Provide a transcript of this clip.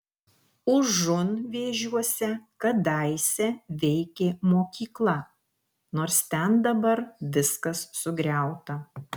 užunvėžiuose kadaise veikė mokykla nors ten dabar viskas sugriauta